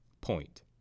point